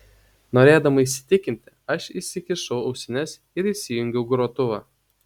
norėdama įsitikinti aš įsikišau ausines ir įsijungiau grotuvą